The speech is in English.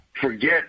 forget